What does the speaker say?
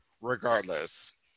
regardless